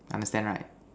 understand right